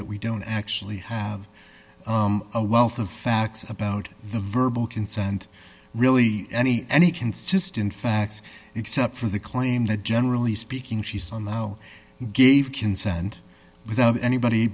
that we don't actually have a wealth of facts about the verbal consent really any any consistent facts except for the claim that generally speaking she's on the show who gave consent without anybody